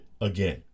again